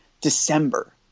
December